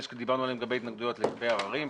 שדיברנו עליהם לגבי התנגדויות ולגבי עררים.